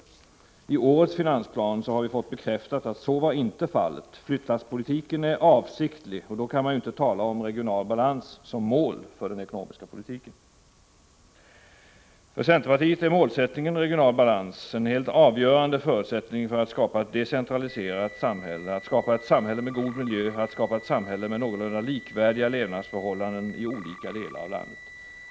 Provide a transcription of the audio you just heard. I årets finansplan har vi fått bekräftat att så inte var fallet. Flyttlasspolitiken är avsiktlig, och då kan man ju inte tala om regional balans som mål för den ekonomiska politiken. För centerpartiet är målsättningen regional balans en helt avgörande förutsättning för att skapa ett decentraliserat samhälle, att skapa ett samhälle med god miljö, att skapa ett samhälle med någorlunda likvärdiga levnadsförhållanden i olika delar av landet.